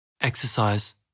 exercise